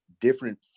Different